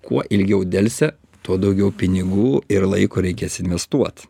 kuo ilgiau delsia tuo daugiau pinigų ir laiko reikės investuot